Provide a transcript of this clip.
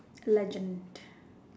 legend